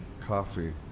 Coffee